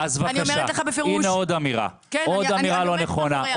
הנה עוד אמירה לא נכונה.